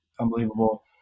unbelievable